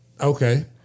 Okay